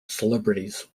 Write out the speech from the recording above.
celebrities